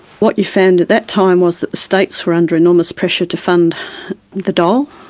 what you found at that time was that the states were under enormous pressure to fund the dole,